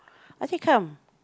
I say come